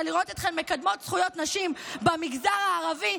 לראות אתכן מקדמות זכויות נשים במגזר הערבי,